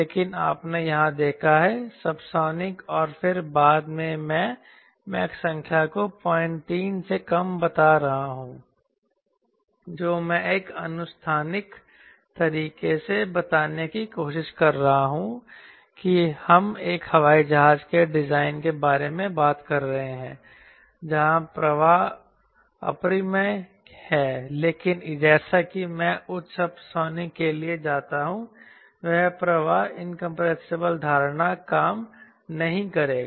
लेकिन आपने यहां देखा है सबसोनिक और फिर बाद में मैं मैक संख्या को 03 से कम बता रहा हूं जो मैं एक अनुष्ठानिक तरीके से बताने की कोशिश कर रहा हूं कि हम एक हवाई जहाज के डिजाइन के बारे में बात कर रहे हैं जहां प्रवाह इनकंप्रेसिबल है लेकिन जैसा कि मैं उच्च सबसोनिक के लिए जाता हूं वह प्रवाह इनकंप्रेसिबल धारणा काम नहीं करेगा